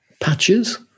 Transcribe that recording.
patches